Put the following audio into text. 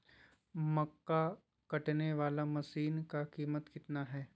मक्का कटने बाला मसीन का कीमत कितना है?